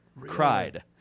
Cried